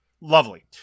Lovely